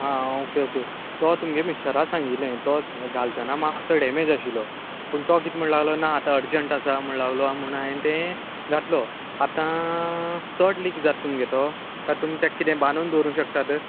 आं okay okay तो तुमगेले मिस्टराक सांगिल्लें तो घालतना मात्सो डेमेज आशिल्लो पूण तो किद म्हुण लागलो ना आतां अर्जन्ट आसा म्हूण लागलो म्हुण हांवें तें घातलो आतां चड लीक जाता तुमगेलो तो आतां तुमी तेका किदें बांदून दवरूंक शकतात